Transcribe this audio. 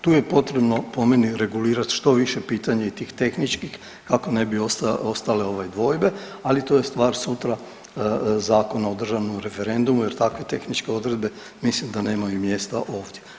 Tu je potrebno po meni regulirati što više pitanja i tih tehničkih kako ne bi ostale ovaj dvojbe, ali to je stvar sutra Zakona o državnom referendumu jer takve tehničke odredbe mislim da nemaju mjesta ovdje.